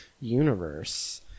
universe